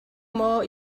maw